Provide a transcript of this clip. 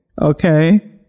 Okay